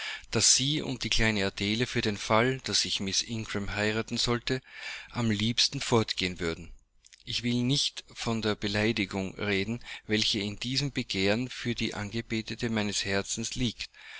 daß sie und die kleine adele für den fall daß ich miß ingram heiraten sollte am liebsten fortgehen würden ich will nicht von der beleidigung reden welche in diesem begehren für die angebetete meines herzens liegt